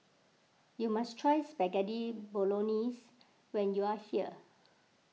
you must try Spaghetti Bolognese when you are here